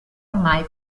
ormai